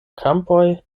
kampoj